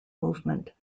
movement